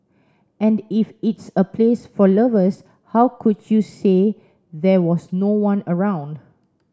and if it's a place for lovers how could you say there was no one around